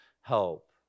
help